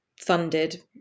funded